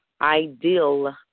ideal